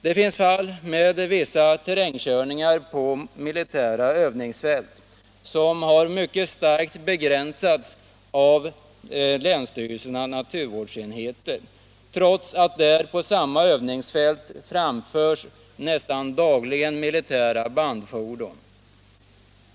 Det finns fall där viss terrängkörning på militära övningsfält har begränsats mycket starkt, trots att det på samma övningsfält nästan dagligen framförs militära bandfordon.